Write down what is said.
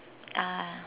ah